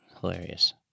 Hilarious